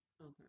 Okay